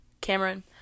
Cameron